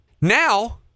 Now